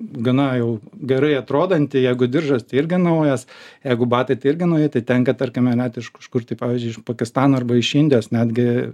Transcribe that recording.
gana jau gerai atrodanti jeigu diržas tai irgi naujas jeigu batai tai irgi nauji tai tenka tarkime net iš kažkur tai pavyzdžiui iš pakistano arba iš indijos netgi